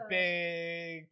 big